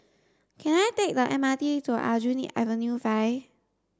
can I take the M R T to Aljunied Avenue five